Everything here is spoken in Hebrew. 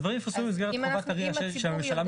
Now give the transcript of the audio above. אז דברים יפורסמו במסגרת חובה שהממשלה מחויבת.